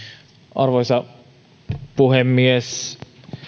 arvoisa puhemies